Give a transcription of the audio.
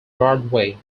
broadway